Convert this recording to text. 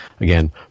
again